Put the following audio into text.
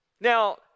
Now